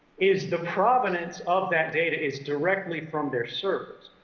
is the provenance of that data is directly from their servers.